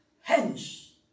Hence